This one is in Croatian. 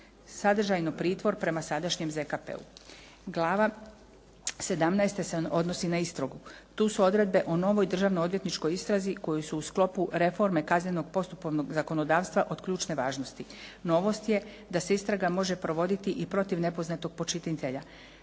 sadržajno pritvor prema sadašnjem ZKP-u. Glava 17. se odnosi na istragu. Tu su odredbe o novoj državnoj odvjetničkoj istrazi koju su u sklopu reforme kaznenog postupovnog zakonodavstva od ključne važnosti. Novost je da se istraga može provoditi i protiv nepoznatog počinitelja.